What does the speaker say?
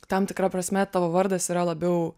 tam tikra prasme tavo vardas yra labiau